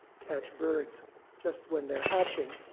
catch birds just when they're hatching.